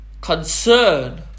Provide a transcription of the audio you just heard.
concern